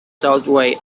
subway